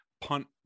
punt